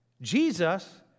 Jesus